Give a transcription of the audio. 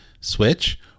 switch